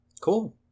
cool